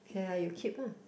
okay lah you keep lah